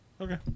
Okay